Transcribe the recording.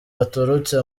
baturutse